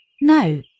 No